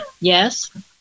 Yes